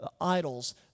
idols